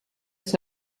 this